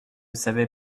savez